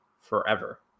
forever